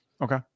Okay